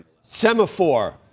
semaphore